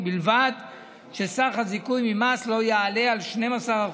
ובלבד שסך הזיכוי ממס לא יעלה על 12%,